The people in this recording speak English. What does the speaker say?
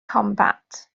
combat